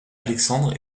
alexandre